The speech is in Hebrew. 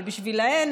אבל בשבילן,